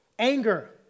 Anger